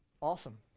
Awesome